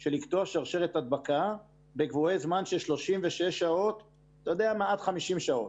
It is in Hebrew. של לקטוע שרשרת הדבקה בקבועי זמן של 36 שעות עד 50 שעות.